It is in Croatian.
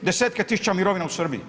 Desetke tisuća mirovina u Srbiji.